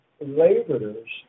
laborers